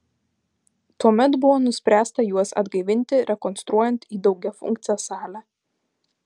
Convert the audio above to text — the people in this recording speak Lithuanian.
tuomet buvo nuspręsta juos atgaivinti rekonstruojant į daugiafunkcę salę